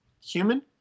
human